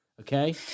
Okay